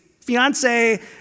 fiance